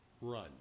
run